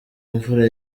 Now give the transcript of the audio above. imfura